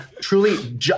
truly